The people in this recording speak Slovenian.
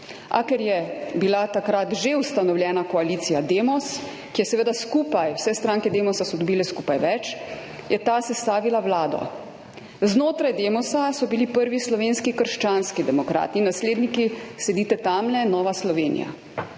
A ker je bila takrat že ustanovljena koalicija Demos – ki je seveda skupaj, vse stranke Demosa so dobile skupaj več – je ta sestavila vlado. Znotraj Demosa so bili prvi Slovenski krščanski demokrati, nasledniki sedite tamle, Nova Slovenija.